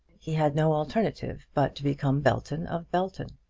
he had no alternative but to become belton of belton.